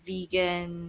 Vegan